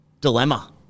Dilemma